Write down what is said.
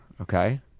okay